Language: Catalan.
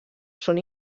són